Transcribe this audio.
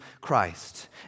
Christ